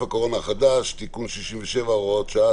הקורונה החדש תיקון מס' 67 והוראת שעה),